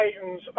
Titans